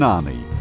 Army